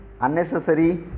unnecessary